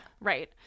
Right